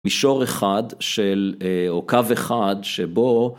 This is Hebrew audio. מישור אחד של או קו אחד שבו